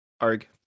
arg